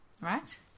Right